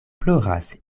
ploras